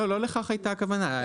לא, לא לכך הייתה הכוונה.